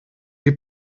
die